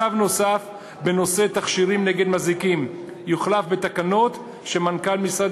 צו נוסף בנושא תכשירים נגד מזיקים יוחלף בתקנות שמנכ"ל משרד